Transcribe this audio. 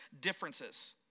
differences